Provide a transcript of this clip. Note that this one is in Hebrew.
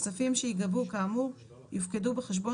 כספים שייגבו כאמור יופקדו בחשבון